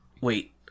wait